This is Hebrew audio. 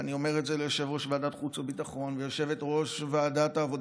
ואני אומר את זה ליושב-ראש ועדת החוץ והביטחון